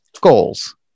goals